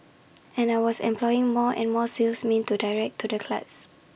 and I was employing more and more salesmen to direct to clients